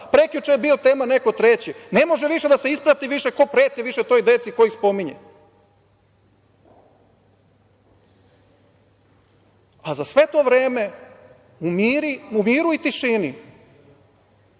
prekjuče je bio tema neko treći. Ne može da se isprati više ko preti toj deci, ko ih spominje. Za sve to vreme u miru i tišini